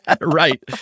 Right